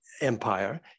empire